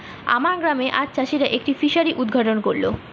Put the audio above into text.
আমার গ্রামে আজ চাষিরা একটি ফিসারি উদ্ঘাটন করল